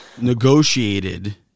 negotiated